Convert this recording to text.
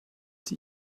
sie